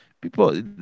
people